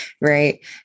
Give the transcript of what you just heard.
right